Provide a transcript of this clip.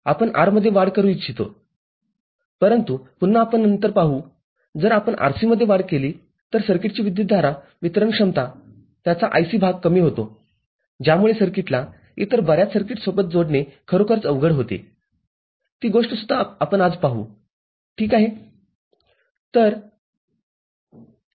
आपण R मध्ये वाढ करू इच्छितो परंतु पुन्हा आपण नंतर पाहूजर आपण RC मध्ये वाढ केली तर सर्किटची विद्युतधारा वितरण क्षमता त्याचा IC भाग कमी होतो ज्यामुळे सर्किटलाइतर बर्याच सर्किट्स सोबत जोडणे खरोखर अवघड होते ती गोष्टसुद्धा आपण आज पाहू ठिक आहे